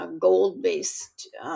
gold-based